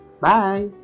Bye